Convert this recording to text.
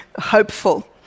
hopeful